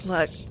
Look